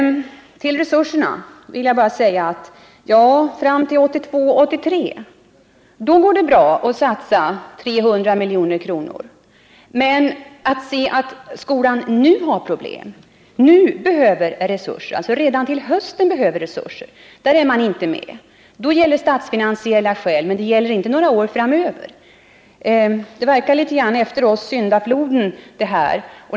Till frågan om resurserna vill jag bara säga: Ja, fram till 1982/1983 tycks det gå bra att satsa 300 milj.kr. Men att skolan nu har problem och nu redan till hösten behöver resurser, det är de borgerliga inte med på, av statsfinansiella skäl sägs det. Men detta tycks inte gälla några år framöver. Det verkar i någon mån som om man tänkte: Efter oss syndafloden.